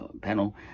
panel